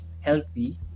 Healthy